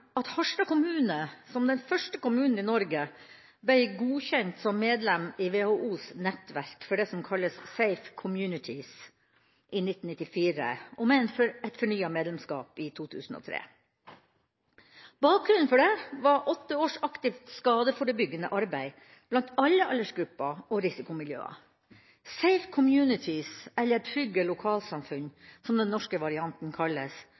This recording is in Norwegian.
at Harstad kommune som den første kommunen i Norge ble godkjent som medlem i WHOs nettverk for det som kalles Safe Communities i 1994, med fornyet medlemskap i 2003. Bakgrunnen for det var åtte års aktivt skadeforebyggende arbeid blant alle aldersgrupper og risikomiljøer. Safe Communities, eller Trygge lokalsamfunn som den norske varianten kalles,